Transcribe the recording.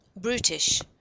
Brutish